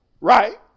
Right